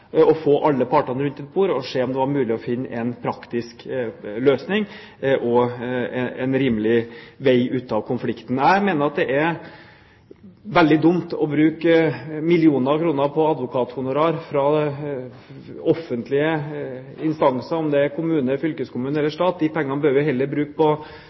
å få alle partene rundt et bord og se om det var mulig å finne en praktisk løsning og en rimelig vei ut av konflikten. Jeg mener det er veldig dumt å bruke millioner av kroner på advokathonorar fra offentlige instanser, om det er kommune, fylkeskommune eller stat. De pengene bør vi heller bruke på